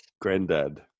granddad